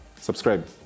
subscribe